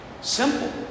Simple